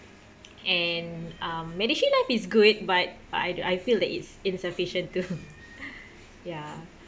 and um MediShield life is good but I do I feel that it's insufficient too ya